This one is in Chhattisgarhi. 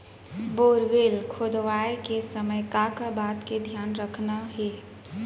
बोरवेल खोदवाए के समय का का बात के धियान रखना हे?